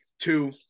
two